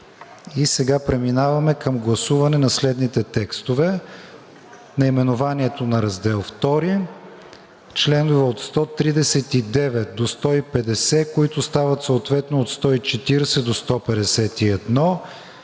Сега преминаваме към гласуване на следните текстове: наименованието на Раздел ІІ, членове от 139 до 150, които стават съответно от 140 до 151,